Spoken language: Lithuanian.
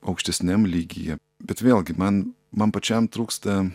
aukštesniam lygyje bet vėlgi man man pačiam trūksta